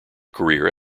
career